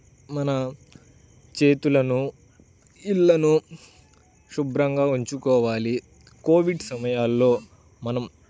మన చేతులను ఇళ్ళను శుభ్రంగా ఉంచుకోవాలి కోవిడ్ సమయాల్లో మనం